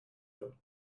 her